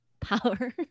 power